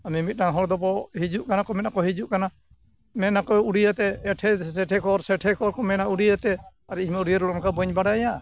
ᱩᱱᱤ ᱢᱤᱫᱴᱟᱝ ᱦᱚᱲ ᱫᱚᱵᱚ ᱦᱤᱡᱩᱜ ᱠᱟᱱᱟ ᱠᱚ ᱢᱮᱱᱟ ᱠᱚ ᱦᱤᱡᱩᱜ ᱠᱟᱱᱟ ᱢᱮᱱᱟᱠᱚ ᱩᱲᱤᱭᱟᱹᱛᱮ ᱮᱴᱷᱮ ᱥᱮᱴᱮᱠᱚᱨ ᱥᱮᱴᱷᱮᱠᱚᱨ ᱠᱚ ᱢᱮᱱᱟ ᱩᱲᱤᱭᱟᱹᱛᱮ ᱟᱨ ᱤᱧᱢᱟ ᱩᱲᱤᱭᱟᱹ ᱨᱚᱲᱢᱟ ᱵᱟᱹᱧ ᱵᱟᱲᱟᱭᱟ